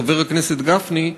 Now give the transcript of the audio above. חבר הכנסת גפני,